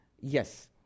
Yes